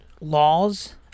laws